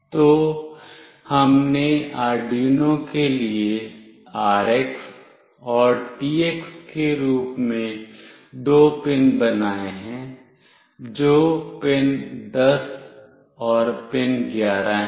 तो हमने आर्डयूनो के लिए RX और TX के रूप में दो पिन बनाए हैं जो पिन 10 और पिन 11 है